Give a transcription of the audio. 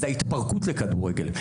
זאת ההתפרקות לכדורגל.